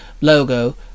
logo